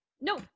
No